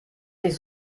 nicht